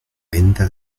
venta